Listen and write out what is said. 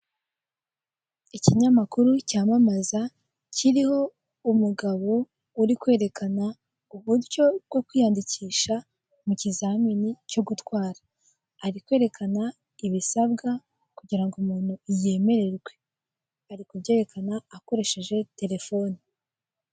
Ikinyamakuru cyamamaza kiriho umugabo uri kwerekana uburyo bwo kwiyandikisha mu kizamini cyo gutwara. Ari kwerekana ibisabwa kugira ngo umuntu yemererwe. Ari kubyerekana akoresheje telefoni.